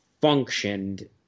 functioned